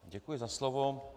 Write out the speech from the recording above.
Děkuji za slovo.